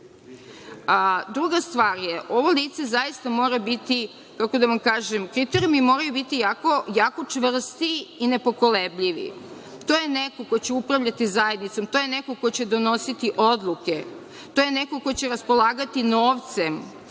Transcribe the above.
Druga stvar je ovo lice mora biti, kriterijumi moraju biti jako čvrsti i nepokolebljivi. To je neko ko će upravljati zajednicom, to je neko ko će donositi odluke, to je neko ko će raspolagati novcem,